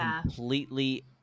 completely